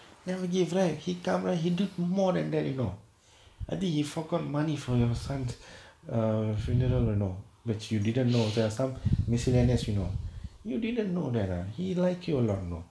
never give right he camera he did more than that you know I think you forgotten money for your sons err funeral you know which you didn't know there are some miscellaneous you know you didn't know that lah he like you lot know